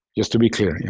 just to be clear. yeah